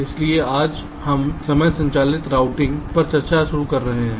इसलिए आज हम टाइमिंग संचालित रूटिंग पर चर्चा से शुरू करते हैं